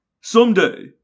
Someday